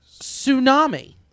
tsunami